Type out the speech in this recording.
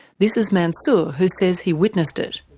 this is mansour, who says he witnessed it.